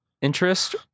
interest